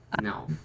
No